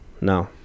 no